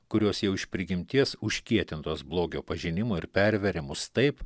kurios jau iš prigimties užkietintos blogio pažinimo ir perveria mus taip